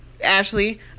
Ashley